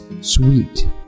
Sweet